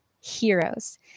heroes